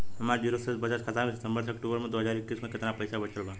हमार जीरो शेष बचत खाता में सितंबर से अक्तूबर में दो हज़ार इक्कीस में केतना पइसा बचल बा?